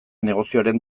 negozioaren